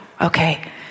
Okay